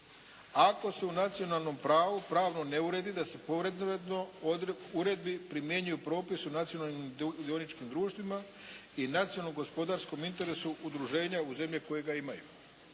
ako su u nacionalnom pravu pravno ne uredi da se …/Govornik se ne razumije./… uredbi primjenjuju propisi o nacionalnim dioničkim društvima i nacionalnom gospodarskom interesu udruženja u zemlje koje ga imaju."